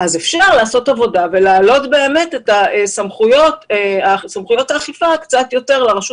אפשר לעשות עבודה ולהעלות באמת את סמכויות האכיפה קצת יותר לרשות